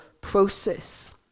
process